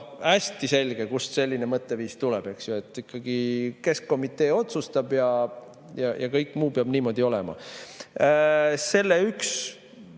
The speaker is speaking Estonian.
hästi selge, kust selline mõtteviis tuleb. Ikkagi keskkomitee otsustab ja kõik muu peab niimoodi olema. Selle üks